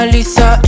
Lisa